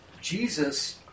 Jesus